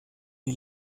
die